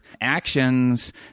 actions